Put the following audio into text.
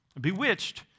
Bewitched